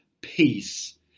peace